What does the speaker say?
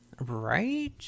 Right